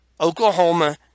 Oklahoma